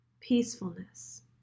peacefulness